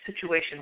situation